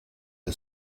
the